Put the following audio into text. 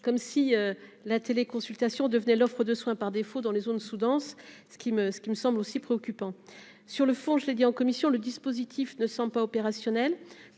comme si la consultation devenait l'offre de soins par défaut dans les zones sous-denses, ce qui me ce qui me semble aussi préoccupant sur le fond, je l'ai dit en commission, le dispositif ne sont pas opérationnels,